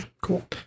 cool